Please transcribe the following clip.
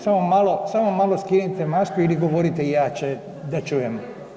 Samo malo skinite masku ili govorite jače da čujem.